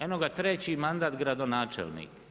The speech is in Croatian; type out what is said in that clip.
Evo ga, treći mandat gradonačelnik.